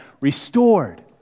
restored